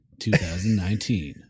2019